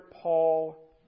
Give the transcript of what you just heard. Paul